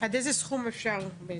עד איזה סכום אפשר בעצם?